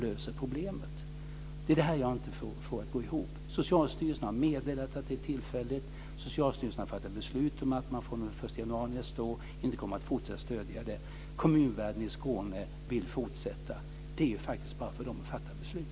Jag får inte detta att gå ihop. Socialstyrelsen har meddelat att det är tillfälligt. Socialstyrelsen har fattat beslut om att man fr.o.m. den 1 januari nästa år inte kommer att fortsätta stödja projektet. Kommunvärlden i Skåne vill fortsätta. Det är bara för dem att fatta beslut.